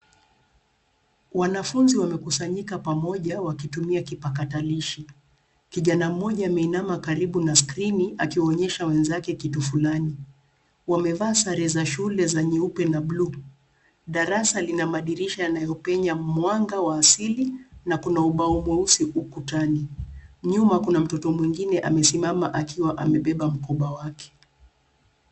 Wanafunzi wamekusanyika pamoja wakitumia kipakatalishi. Kijana mmoja ameinama karibu na skrini akiwaonyesha wenzake kitu fulani. Wamevaa sare za shule za nyeupe na bluu. Darasa lina madirisha yanayopenya mwanga wa asili na kuna ubao mweusi ukutani. Nyuma kuna mtoto mwingine amesimama akiwa amebeba mkoba wake.